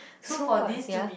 so what ya